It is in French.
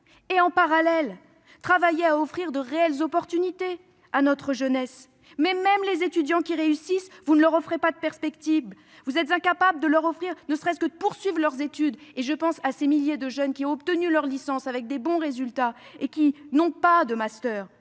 il fallait travailler à offrir de réelles chances à notre jeunesse. Mais, même aux étudiants qui réussissent, vous n'offrez aucune perspective ; vous êtes incapables de leur permettre ne serait-ce que de poursuivre leurs études- je pense ici à ces milliers de jeunes qui ont obtenu leur licence avec de bons résultats et qui, n'ayant pas de master,